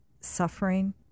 suffering